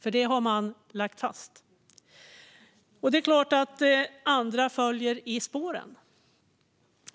Det har man slagit fast, och det är klart att andra följer i de spåren.